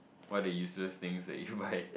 what are the useless things that you buy